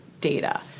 data